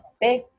big